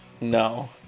No